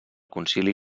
concili